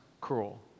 cruel